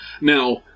Now